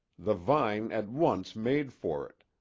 the vine at once made for it,